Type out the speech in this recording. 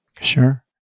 Sure